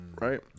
right